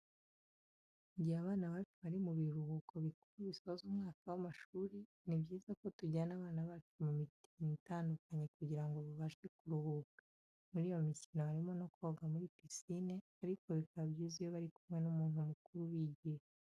Mu gihe abana bacu bari mu biruhuko bikuru bisoza umwaka w'amashuri, ni byiza ko tujyana abana bacu mu mikino itandukanye, kugira ngo babashe kuruhuka. Muri iyo mikino harimo no koga muri pisine, ariko bikaba byiza iyo bari kumwe n'umuntu mukuru ubigisha.